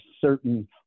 certain